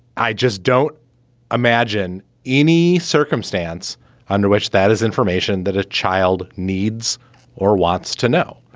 i just don't imagine any circumstance under which that is information that a child needs or wants to know.